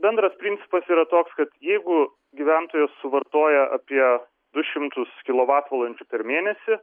bendras principas yra toks kad jeigu gyventojas suvartoja apie du šimtus kilovatvalandžių per mėnesį